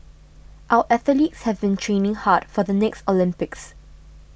our athletes have been training hard for the next Olympics